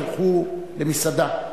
שהלכו למסעדה.